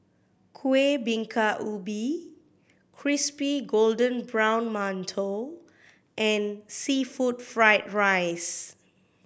Kuih Bingka Ubi crispy golden brown mantou and seafood fried rice